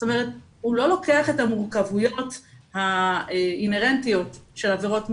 הוא לא לוקח את המורכבויות האינהרנטיות של עבירות מין,